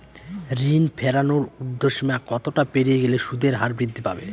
ঋণ ফেরানোর উর্ধ্বসীমা কতটা পেরিয়ে গেলে সুদের হার বৃদ্ধি পাবে?